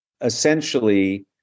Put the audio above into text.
essentially